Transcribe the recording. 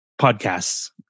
podcasts